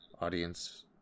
audience